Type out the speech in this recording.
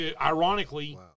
ironically